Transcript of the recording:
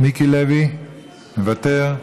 מיקי לוי, מוותר,